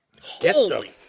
Holy